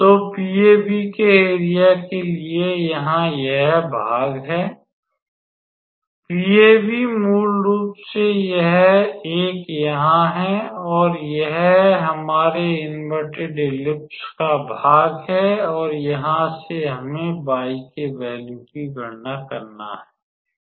तो पीएबी के एरिया के लिए यहां यह भाग है PAB मूल रूप से यह 1 यहां है और यह हमारे इनवेर्टेड ईलिप्स का भाग है और यहां से हमें y के वैल्यू की गणना करना है